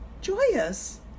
joyous